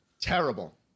Terrible